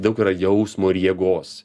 daug yra jausmo ir jėgos